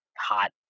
hot